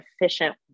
efficient